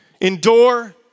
Endure